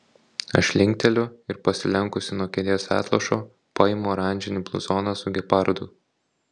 aš linkteliu ir pasilenkusi nuo kėdės atlošo paimu oranžinį bluzoną su gepardu